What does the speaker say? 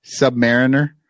submariner